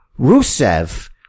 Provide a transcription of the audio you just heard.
Rusev